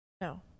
No